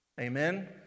Amen